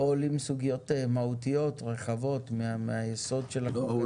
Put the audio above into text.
עולות סוגיות מהותיות ורחבות מהיסוד שלו.